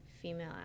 female